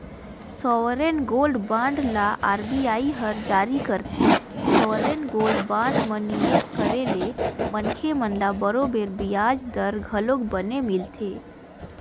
sovereign gold bond ल RBI हर जारी करथे, सॉवरेन गोल्ड बांड म निवेस करे ले मनखे मन ल बरोबर बियाज दर घलोक बने मिलथे